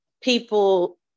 people